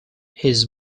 his